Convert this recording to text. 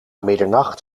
middernacht